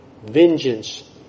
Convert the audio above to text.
vengeance